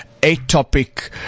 atopic